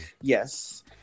yes